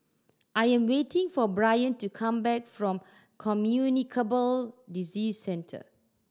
I am waiting for Brion to come back from Communicable Disease Centre